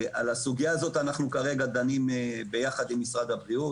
על הסוגיה הזאת אנחנו כרגע דנים יחד עם משרד הבריאות,